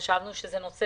חשבנו שזה נושא